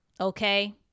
okay